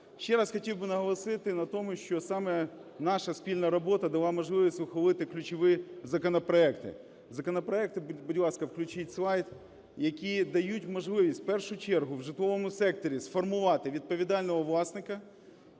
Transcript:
Ще раз хотів би наголосити на тому, що саме наша спільна робота дала можливість ухвалити ключові законопроекти. Законопроекти (будь ласка, включіть слайд), які дають можливість в першу чергу в житловому секторі сформувати відповідального власника,